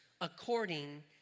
according